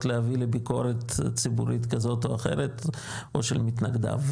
להביא לביקורת ציבורית כזאת או אחרת או של מתנגדיו.